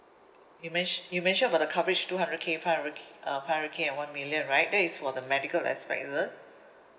you menti~ you mentioned about the coverage two hundred K five hundred K uh five hundred K and one million right that is for the medical aspect is it